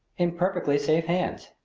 in perfectly safe hands.